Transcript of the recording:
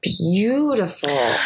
beautiful